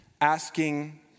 asking